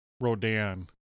Rodan